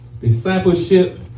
Discipleship